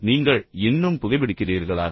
நீங்கள் இன்னும் புகைபிடிக்கிறீர்களா